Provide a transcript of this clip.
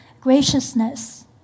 graciousness